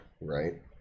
Right